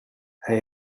hij